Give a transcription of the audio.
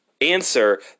answer